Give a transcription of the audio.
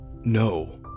No